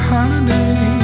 Holiday